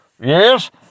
Yes